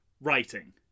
writing